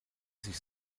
sich